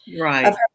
right